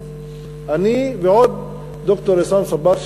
אני וד"ר עסאם סבאח,